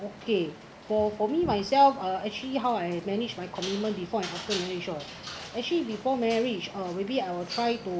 okay for for me myself uh actually how I manage my commitment before and after marriage all actually before marriage uh maybe I will try to